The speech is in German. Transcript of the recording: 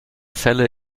fälle